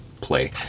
play